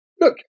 look